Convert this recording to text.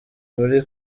muri